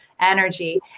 energy